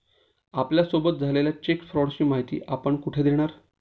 आपल्यासोबत झालेल्या चेक फ्रॉडची माहिती आपण कुठे देणार?